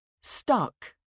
Stuck